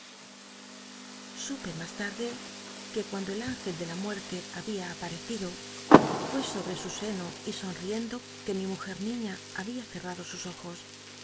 supe mas tarde que cuando el ingcl de la muerte jt bia apatecido fué sobtc su seno y sonriendo que mi mujer niña babia cerrado sus ojos